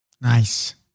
Nice